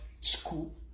school